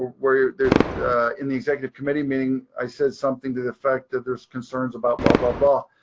were there in the executive committee meeting, i said something to the effect that there's concerns about blah, blah, blah.